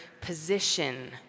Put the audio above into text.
position